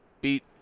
beat